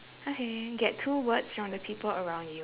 okay get two words from the people around you